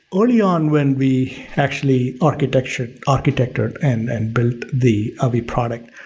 early on when we actually architectured architectured and and built the avi product,